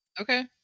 okay